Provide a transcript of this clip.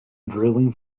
drilling